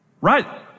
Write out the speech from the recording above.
Right